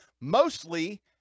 mostly